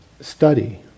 study